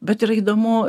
bet yra įdomu